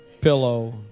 pillow